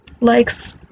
likes